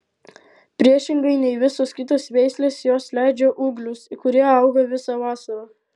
priešingai nei visos kitos veislės jos leidžia ūglius kurie auga visą vasarą